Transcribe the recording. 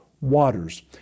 waters